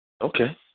Okay